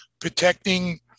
protecting